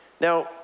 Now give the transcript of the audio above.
Now